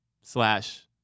slash